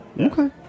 Okay